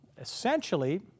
Essentially